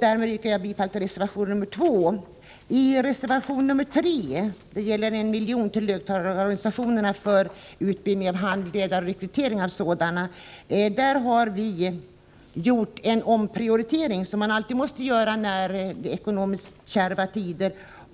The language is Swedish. Därmed yrkar jag bifall till reservation 2. I reservation 3, som gäller bidrag med 1 miljon till löntagarorganisationerna för utbildning och rekrytering av handledare, har vi gjort en omprioritering, som man alltid måste göra i ekonomiskt kärva tider.